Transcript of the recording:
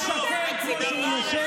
משקר כמו שהוא נושם.